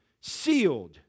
Sealed